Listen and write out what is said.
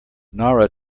nara